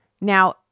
Now